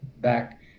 back